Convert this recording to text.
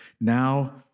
now